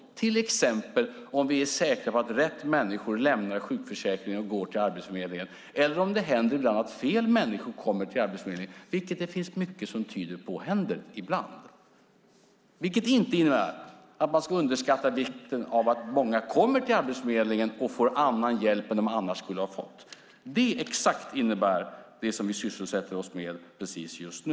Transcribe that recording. Det är till exempel om vi är säkra på att rätt människor lämnar sjukförsäkringen och går till Arbetsförmedlingen eller om det ibland händer att fel människor kommer till Arbetsförmedlingen, vilket det finns mycket som tyder på händer ibland. Det innebär inte att man ska underskatta vikten av att många kommer till Arbetsförmedlingen och får annan hjälp än de annars skulle ha fått. Det exakt innebär det som vi sysselsätter oss med precis just nu.